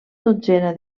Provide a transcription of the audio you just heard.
dotzena